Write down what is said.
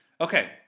Okay